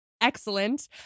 excellent